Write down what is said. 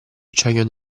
acciaio